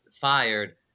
fired